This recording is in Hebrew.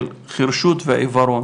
של חרשות ועיוורון,